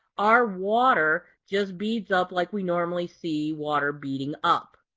our water just beads up like we normally see water beading up.